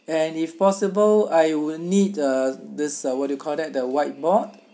and if possible I will need uh this uh what do you call that the whiteboard